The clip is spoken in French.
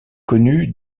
connue